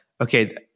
okay